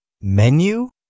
menu